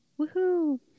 Woohoo